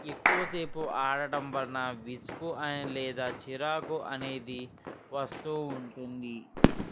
ఎక్కువసేపు ఆడటం వలన విసుగు లేదా చిరాకు అనేది వస్తూ ఉంటుంది